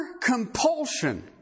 compulsion